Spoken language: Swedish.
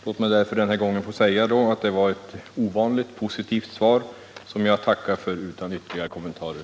Låt mig därför denna gång få säga att det var ett ovanligt positivt svar, som jag tackar för utan ytterligare kommentarer.